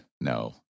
No